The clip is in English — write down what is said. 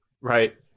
Right